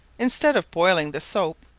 instead of boiling the soap,